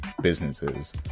businesses